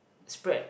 spread